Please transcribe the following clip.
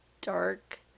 dark